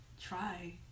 try